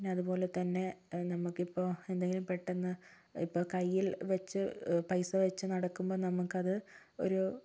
പിന്നെ അതുപോലതന്നെ നമുക്കിപ്പം എന്തെങ്കിലും പെട്ടെന്ന് ഇപ്പം കൈയിൽ വെച്ച് പൈസ വെച്ച് നടക്കുമ്പം നമുക്കത് ഒരു